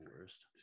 worst